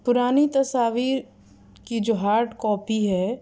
پرانی تصاویر کی جو ہارڈ کاپی ہے